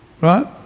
Right